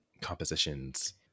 compositions